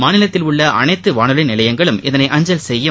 மாநிலத்தில் உள்ள அனைத்து வானொலி நிலையங்களும் இதனை அஞ்சல் செய்யும்